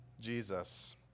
Jesus